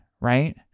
right